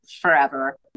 forever